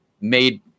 made